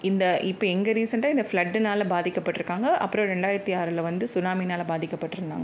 இந்த இப்போ எங்கே ரீசெண்டாக இந்த ஃப்ளட்டுனால் பாதிக்க பட்டிருக்காங்க அப்புறம் ரெண்டாயிரத்து ஆறில் வந்து சுனாமினால் பாதிக்கப்பட்டிருந்தாங்க